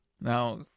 Now